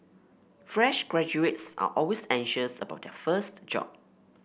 fresh graduates are always anxious about their first job